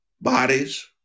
bodies